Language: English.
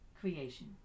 creation